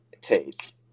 take